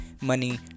money